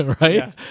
right